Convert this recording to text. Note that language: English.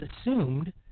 assumed